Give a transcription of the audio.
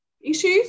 issues